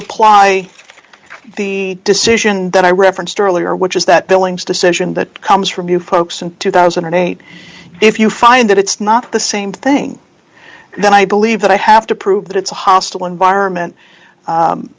apply the decision that i referenced earlier which is that billings decision that comes from you folks in two thousand and eight if you find that it's not the same thing then i believe that i have to prove that it's a hostile environment